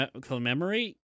commemorate